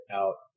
out